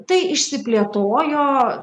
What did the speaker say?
tai išsiplėtojo